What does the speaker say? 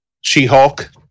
She-Hulk